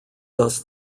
thus